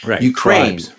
Ukraine